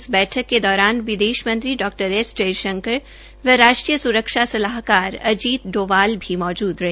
इस बैठक के दौरान विदेश मंत्री डॉ एस जयशंकर एवं राष्ट्रीय सुरक्षा सलाहकार अजीत डोवाल भी मौजूद रहे